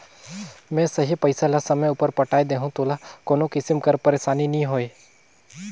में सही पइसा ल समे उपर पटाए देहूं तोला कोनो किसिम कर पइरसानी नी होए